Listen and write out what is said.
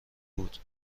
بود